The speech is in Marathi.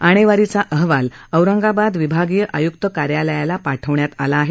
आणेवारीचा अहवाल औरंगाबाद विभागीय आयुक्त कार्यालयास पाठविण्यात आला आहे